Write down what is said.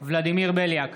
ולדימיר בליאק,